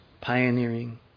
pioneering